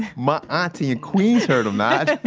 my auntie in queens heard him, nige.